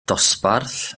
dosbarth